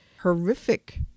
horrific